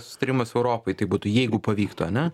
susitarimas europai tai būtų jeigu pavyktų ane